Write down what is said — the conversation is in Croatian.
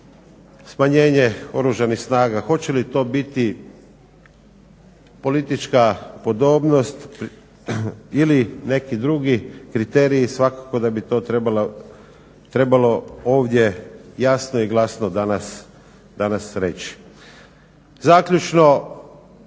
smanjenje Oružanih snaga hoće li to biti politička podobnost ili neki drugi kriteriji svakako da bi to trebalo ovdje jasno i glasno danas reći. Zaključno.